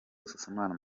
busasamana